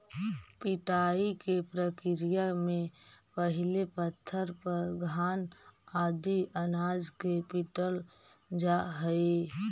पिटाई के प्रक्रिया में पहिले पत्थर पर घान आदि अनाज के पीटल जा हइ